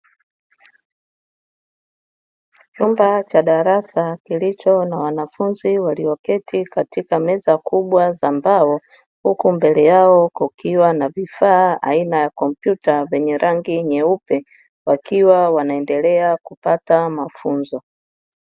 Chumba cha darasa, kilicho na wanafunzi walioketi katika meza kubwa za mbao. Huku mbele yao kukiwa na vifaa aina ya kompyuta vyenye rangi nyeupe, wakiwa wanaendelea kupata mafunzo.